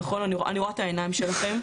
אני רואה את העיניים שלכם.